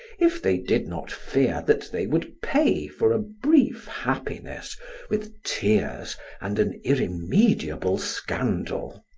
if they did not fear that they would pay for a brief happiness with tears and an irremediable scandal?